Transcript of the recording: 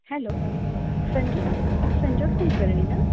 hello Sanjyot Sanjyot Kulkarni ना